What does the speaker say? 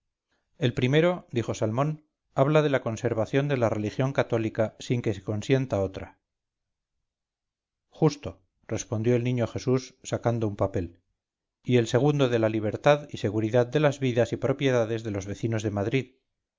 el primero dijo salmón habla de la conservación de la religión católica sin que se consienta otra justo respondió el niño jesús sacando un papel y el segundo de la libertad y seguridad de las vidas y propiedades de los vecinos de madrid